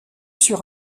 sur